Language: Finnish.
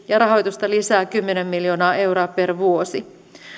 ja rahoitusta lisää kymmenen miljoonaa euroa per vuosi